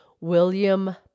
William